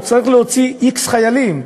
הוא צריך להוציא x חיילים.